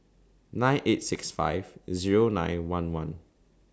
nine eight six five Zero nine one one